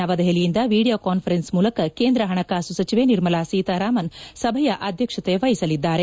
ನವದೆಹಲಿಯಿಂದ video conference ಮೂಲಕ ಕೇಂದ್ರ ಹಣಕಾಸು ಸಚಿವೆ ನಿರ್ಮಲಾ ಸೀತಾರಾಮನ್ ಸಭೆಯ ಅಧ್ಯಕ್ಷತೆ ವಹಿಸಲಿದ್ದಾರೆ